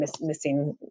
missing